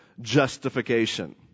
justification